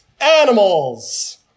animals